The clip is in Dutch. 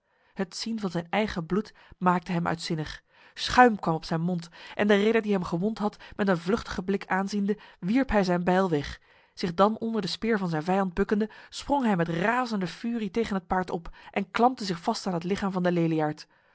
het zien van zijn eigen bloed maakte hem uitzinnig schuim kwam op zijn mond en de ridder die hem gewond had met een vluchtige blik aanziende wierp hij zijn bijl weg zich dan onder de speer van zijn vijand bukkende sprong hij met razende furie tegen het paard op en klampte zich vast aan het lichaam van de